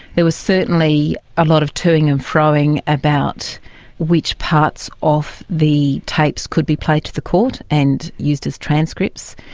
there was certainly a lot of toing and froing about which parts of the tapes could be played to the court and used as transcripts.